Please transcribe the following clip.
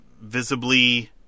visibly